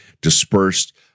dispersed